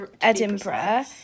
Edinburgh